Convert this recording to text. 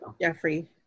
Jeffrey